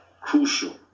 crucial